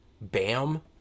Bam